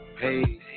hey